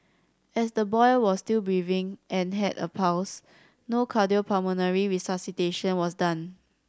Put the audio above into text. as the boy was still breathing and had a pulse no cardiopulmonary resuscitation was done